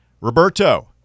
Roberto